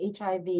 HIV